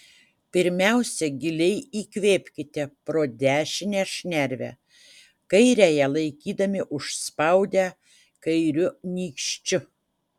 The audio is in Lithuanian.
pirmiausia giliai įkvėpkite pro dešinę šnervę kairiąją laikydami užspaudę kairiu nykščiu